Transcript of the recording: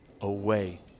away